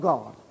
God